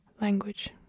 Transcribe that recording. language